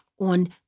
on